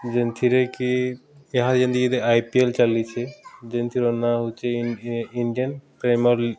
ଯେନ୍ଥିରେ କି ଇହାଦେ ଯେନ୍ତି ଆଇ ପି ଏଲ୍ ଚାଲିଛେ ଯେନ୍ଥିର ନାଁ ହଉଛେ ଇଣ୍ଡିଆନ୍ ପ୍ରିମିୟର୍